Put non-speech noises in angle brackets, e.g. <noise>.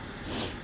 <breath>